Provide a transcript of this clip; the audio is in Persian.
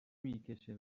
میکشه